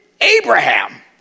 Abraham